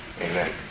Amen